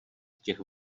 těch